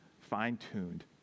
fine-tuned